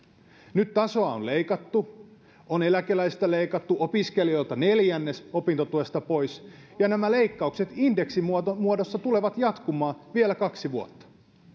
nyt tasoa on leikattu on eläkeläisiltä leikattu opiskelijoilta neljännes opintotuesta pois ja nämä leikkaukset indeksin muodossa muodossa tulevat jatkumaan vielä kaksi vuotta